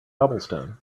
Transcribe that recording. cobblestone